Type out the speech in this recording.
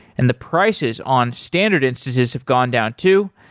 and the prices on standard instances have gone down too.